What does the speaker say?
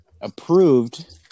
approved